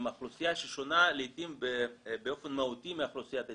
האוכלוסייה ששונה לעתים באופן מהותי מאוכלוסיית הצעירים,